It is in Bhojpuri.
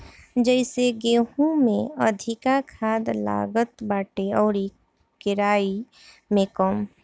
जइसे गेंहू में अधिका खाद लागत बाटे अउरी केराई में कम